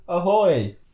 Ahoy